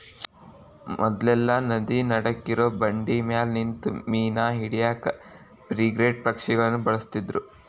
ಮೊದ್ಲೆಲ್ಲಾ ನದಿ ನಡಕ್ಕಿರೋ ಬಂಡಿಮ್ಯಾಲೆ ನಿಂತು ಮೇನಾ ಹಿಡ್ಯಾಕ ಫ್ರಿಗೇಟ್ ಪಕ್ಷಿಗಳನ್ನ ಬಳಸ್ತಿದ್ರು